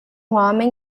homem